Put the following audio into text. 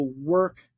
work